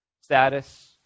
status